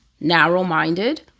narrow-minded